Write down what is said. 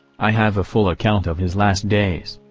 i have a full account of his last days.